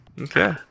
Okay